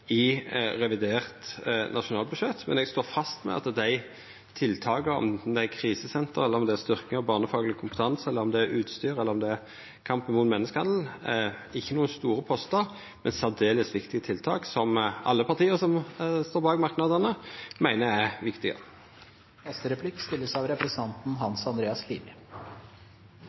i revidert nasjonalbudsjett. Men eg står fast ved dei tiltaka, anten det er krisesenter, styrking av barnefagleg kompetanse, utstyr eller om det kampen mot menneskehandel – som ikkje er store postar, men som er særdeles viktige tiltak som alle partia som står bak merknadane, meiner er viktige.